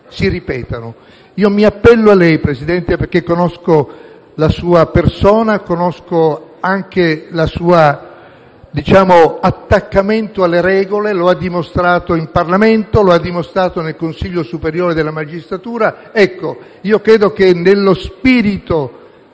si ripetano. Io mi appello a lei, Presidente, perché conosco la sua persona e conosco anche il suo attaccamento alle regole. Lo ha dimostrato in Parlamento e lo ha dimostrato nel Consiglio superiore della magistratura. Io credo che nello spirito